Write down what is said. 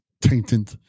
tainted